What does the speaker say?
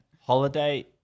Holiday